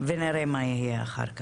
ונראה מה יהיה אחר כך.